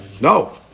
No